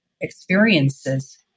experiences